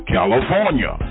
California